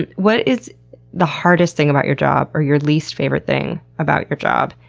and what is the hardest thing about your job or your least favorite thing about your job?